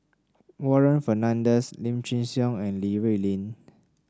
Warren Fernandez Lim Chin Siong and Li Rulin